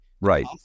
Right